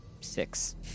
Six